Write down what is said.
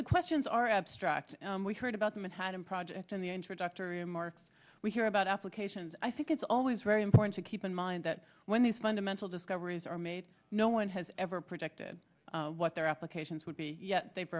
the questions are abstract we heard about the manhattan project in the introductory remarks we hear about applications i think it's always very important to keep in mind that when these fundamental discoveries are made no one has ever predicted what their applications would be yet they've